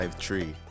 Tree